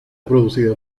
producida